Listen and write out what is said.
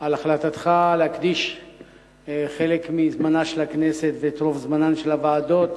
על החלטתך להקדיש חלק מזמנה של הכנסת ואת רוב זמנן של הוועדות